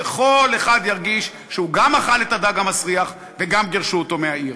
וכל אחד ירגיש שהוא גם אכל את הדג המסריח וגם גירשו אותו מהעיר.